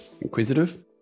inquisitive